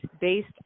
based